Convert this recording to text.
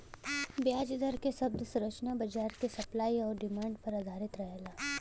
ब्याज दर क शब्द संरचना बाजार क सप्लाई आउर डिमांड पर आधारित रहला